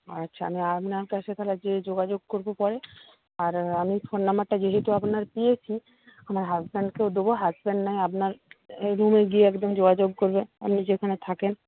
আচ্ছা আমি আপনার কাছে তাহলে গিয়ে যোগাযোগ করব পরে আর আমি ফোন নাম্বারটা যেহেতু আপনার পেয়েছি আমার হাজব্যান্ডকেও দেবো হাজব্যান্ড না হয় আপনার রুমে গিয়ে একদম যোগাযোগ করবে আপনি যেখানে থাকেন